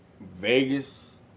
Vegas